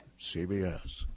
CBS